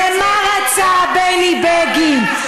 יש הצעה, ומה רצה בני בגין?